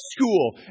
school